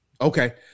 Okay